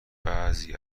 بعضی